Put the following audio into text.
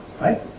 Right